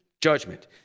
judgment